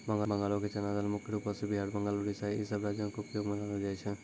बंगालो के चना दाल मुख्य रूपो से बिहार, बंगाल, उड़ीसा इ सभ राज्यो मे उपयोग मे लानलो जाय छै